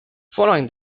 following